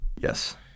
Yes